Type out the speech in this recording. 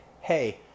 hey